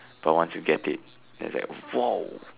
but once you get it then it's like !whoa!